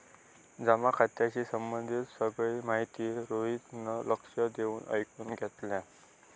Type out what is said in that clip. जमा खात्याशी संबंधित सगळी माहिती रोहितान लक्ष देऊन ऐकुन घेतल्यान